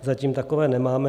Zatím takové nemáme.